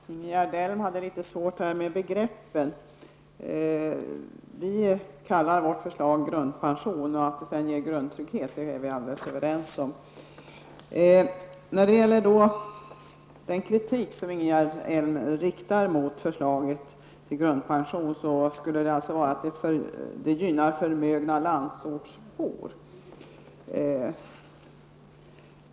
Herr talman! Ingegerd Elm hade litet svårt med begreppen här. Vi kallar vårt förslag grundpension, och att det sedan ger grundtrygghet är vi överens om. Den kritik som Ingegerd Elm riktar mot förslaget till grundpension gäller att det skulle gynna förmögna landsortsbor.